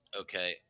Okay